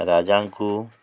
ରାଜାଙ୍କୁ